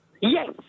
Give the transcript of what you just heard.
Yes